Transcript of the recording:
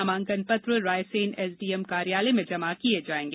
नामांकन पत्र रायसेन एसडीएम कार्यालय में जमा किए जाएंगे